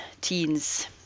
teens